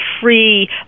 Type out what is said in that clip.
free